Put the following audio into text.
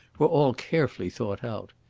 were all carefully thought out.